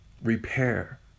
Repair